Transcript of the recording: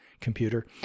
computer